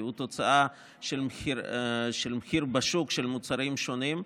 כי הוא תוצאה של מחיר בשוק של מוצרים שונים,